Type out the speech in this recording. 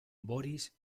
boris